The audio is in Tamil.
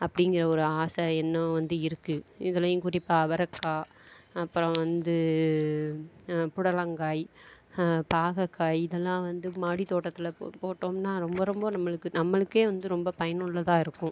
அப்படிங்கிற ஒரு ஆசை எண்ணம் வந்து இருக்குது இதுலையும் குறிப்பாக அவரக்காய் அப்புறம் வந்து புடலங்காய் பாகற்காய் இதெல்லாம் வந்து மாடித் தோட்டத்தில் போ போட்டோம்னால் ரொம்ப ரொம்ப நம்மளுக்கு நம்மளுக்கே வந்து ரொம்ப பயனுள்ளதாக இருக்கும்